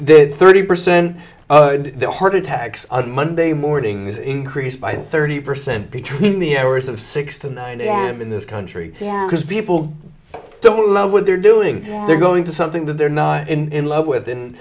there's thirty percent of the heart attacks on monday morning is increased by thirty percent between the hours of six to nine a m in this country because people don't know what they're doing they're going to something that they're not in love with and